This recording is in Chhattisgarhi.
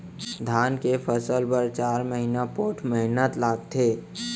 धान के फसल बर चार महिना पोट्ठ मेहनत लागथे